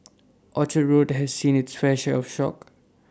Orchard road has seen it's fair share of shock